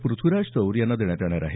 पृथ्वीराज तौर यांना देण्यात येणार आहे